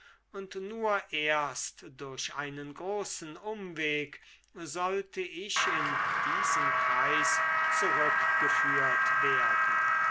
und nur erst durch einen großen umweg sollte ich in diesen kreis zurückgeführt werden